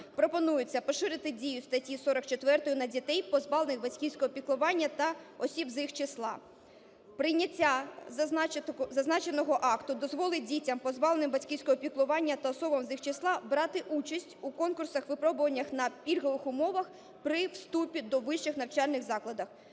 пропонується поширити дію статті 44 на дітей, позбавлених батьківського піклування та осіб з їх числа. Прийняття зазначеного акту дозволить дітям, позбавленим батьківського піклування, та особам з їх числа, брати участь у конкурсах, випробуваннях на пільгових умовах при вступі до вищих навчальних закладів.